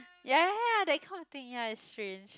ya ya ya that kind of thing ya it's strange